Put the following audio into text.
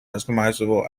customizable